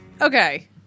okay